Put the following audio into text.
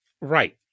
Right